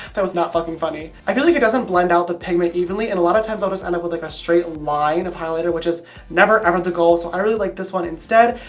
that was not f'ing funny. i feel like it doesn't blend out the pigment evenly and a lot of times i'll just end up with like a straight line of highlighter which is never ever the goal. so i really like this one instead,